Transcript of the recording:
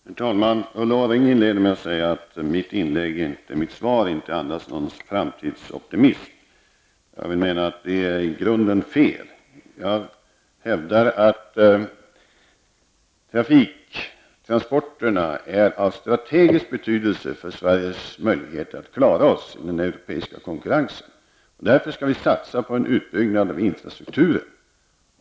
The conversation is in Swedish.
Herr talman! Ulla Orring inledde med att säga att mitt svar inte andas någon framtidsoptimism. Jag menar att det är i grunden fel. Jag hävdar att transporterna är av strategisk betydelse för Sveriges möjligheter att klara sig i den europeiska konkurrensen. Därför skall vi satsa på en utbyggnad av infrastrukturen.